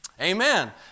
Amen